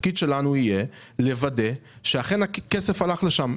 התפקיד שלנו יהיה לוודא שאכן הכסף הלך לשם,